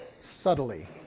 subtly